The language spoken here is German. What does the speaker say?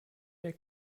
der